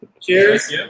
Cheers